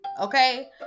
Okay